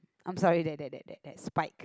I'm sorry that that that spike